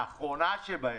האחרונה שבהן,